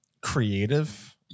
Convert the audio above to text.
creative